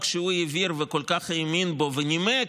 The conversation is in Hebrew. שהוא העביר וכל כך האמין בו ונימק.